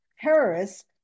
terrorists